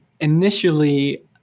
initially